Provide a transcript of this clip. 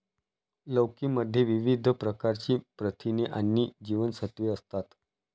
लौकी मध्ये विविध प्रकारची प्रथिने आणि जीवनसत्त्वे असतात